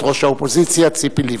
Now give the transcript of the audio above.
את ראש האופוזיציה ציפי לבני.